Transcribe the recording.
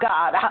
God